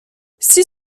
six